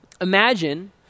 Imagine